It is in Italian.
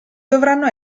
dovranno